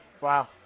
Wow